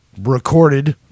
recorded